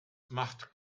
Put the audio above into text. macht